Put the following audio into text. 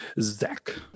Zach